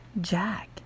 Jack